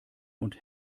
und